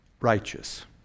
righteous